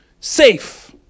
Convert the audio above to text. safe